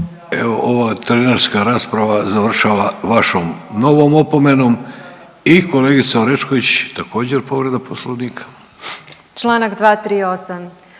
je trenerska rasprava, završava vašom novom opomenom. I kolegica Orešković također povreda Poslovnika.